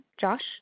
Josh